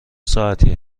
ساعتی